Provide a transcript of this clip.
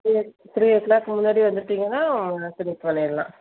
three o three o'clock முன்னாடியே வந்துட்டீங்கன்னா உங்கள் சர்டிஃபிகேட் பண்ணிடலாம்